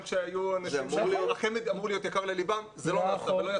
גם כשהיו אנשים שהחמ"ד אמור להיות יקר לליבם זה לא נעשה.